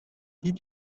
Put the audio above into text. did